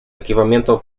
equipamiento